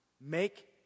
make